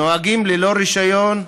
נוהגים ללא רישיון,